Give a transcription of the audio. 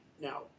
now